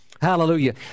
Hallelujah